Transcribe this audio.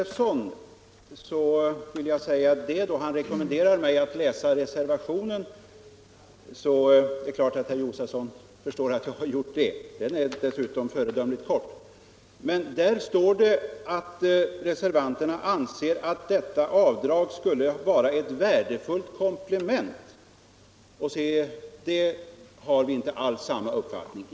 Fru talman! Herr Josefson rekommenderade mig att läsa reservationen. Det är klart att herr Josefson förstår att jag har gjort det. Den är dessutom föredömligt kort. I den heter det att reservanterna anser att detta avdrag skulle vara ett ”värdefullt komplement” till statliga bidrag. Därom har — Nr 43 vi inte alls samma uppfattning.